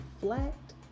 reflect